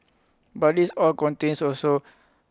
but this oil contains also